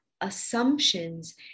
assumptions